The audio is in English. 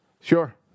Sure